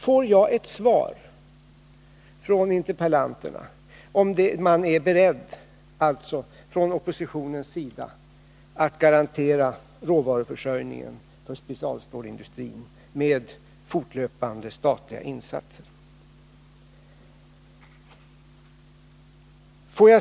Får jag ett svar från interpellanterna om man är beredd från oppositionens sida att garantera råvaruförsörjningen för specialstålsindustrin med fortlöpande statliga insatser?